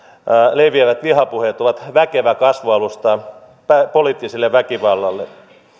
leviävät vihapuheet ovat väkevä kasvualusta poliittiselle väkivallalle